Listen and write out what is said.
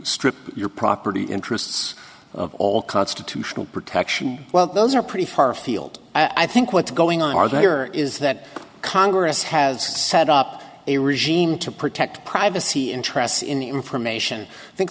strip your property interests of all constitutional protection well those are pretty far afield i think what's going on are the here is that congress has set up a regime to protect privacy interests in the information i think